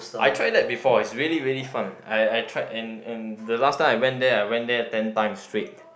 I tried that before it's really really fun I I tried and and the last time I went there I went there ten times straight